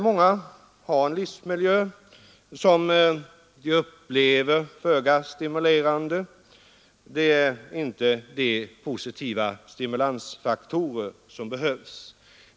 Många har en livsmiljö som de upplever som föga stimulerande. Där finns inte de positiva stimulansfaktorer som behövs.